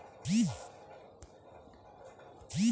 सरकार हर सबो किसान के किसानी ल धियान राखके भाव ल तय करिस हे